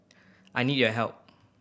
I need your help